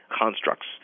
constructs